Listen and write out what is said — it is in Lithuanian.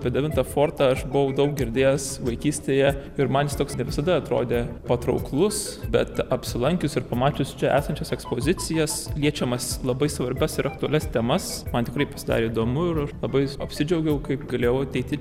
devintą fortą aš buvau daug girdėjęs vaikystėje ir man jis toks ne visada atrodė patrauklus bet apsilankius ir pamačius čia esančias ekspozicijas liečiamas labai svarbias ir aktualias temas man tikrai pasidarė įdomu ir aš labai apsidžiaugiau kaip galėjau ateiti čia dirbti